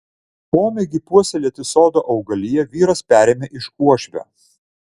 pomėgį puoselėti sodo augaliją vyras perėmė iš uošvio